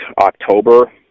October